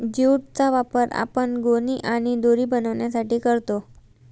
jute चा वापर आपण गोणी आणि दोरी बनवण्यासाठी करतो